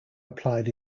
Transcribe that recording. applied